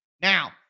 Now